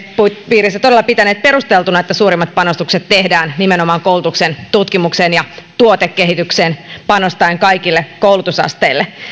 piirissä todella pitäneet perusteltuna että suurimmat panostukset tehdään nimenomaan koulutukseen tutkimukseen ja tuotekehitykseen panostaen kaikille koulutusasteille